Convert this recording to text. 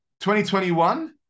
2021